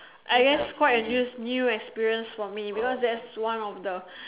I guess quite a news new experience for me because that's one of the